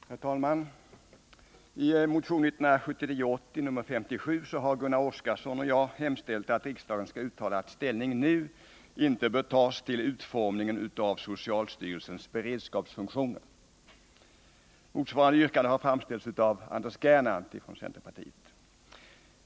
Herr talman! I motion 1979/80:57 har Gunnar Oskarson och jag hemställt att riksdagen skall uttala att ställning nu inte bör tas till utformningen av socialstyrelsens beredskapsfunktioner. Motsvarande yrkande har framställts av Anders Gernandt från centerpartiet.